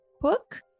book